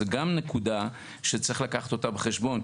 זו גם נקודה שצריך לקחת אותה בחשבון,